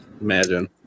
imagine